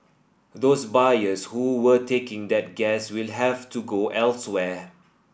those buyers who were taking that gas will have to go elsewhere